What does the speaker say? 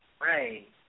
Right